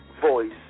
voice